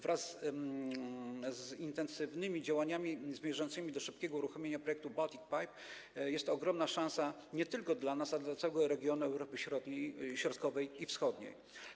Wraz z intensywnymi działaniami zmierzającymi do szybkiego uruchomienia projektu Baltic Pipe jest to ogromna szansa nie tylko dla nas, ale dla całego regionu Europy Środkowej i Wschodniej.